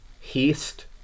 haste